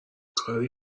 کاری